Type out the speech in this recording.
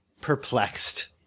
perplexed